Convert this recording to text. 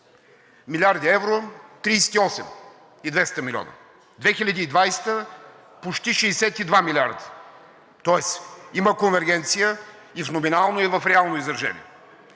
милиарди евро – 38 200 милиона; 2020 г. – почти 62 милиарда, тоест има конвергенция и в номинално, и в реално изражение.